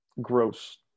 gross